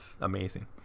amazing